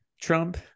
Trump